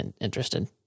interested